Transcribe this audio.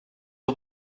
her